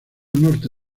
norte